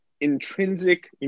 intrinsic